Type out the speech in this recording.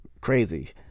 crazy